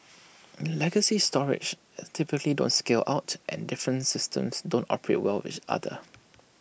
legacy storage as typically don't scale out and different systems don't operate well with each other